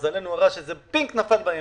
ולמזלנו הרע, שזה בדיוק נפל באמצע.